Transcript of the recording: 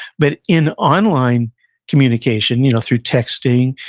but, in online communication, you know through texting,